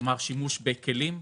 כלומר שימוש בכלים.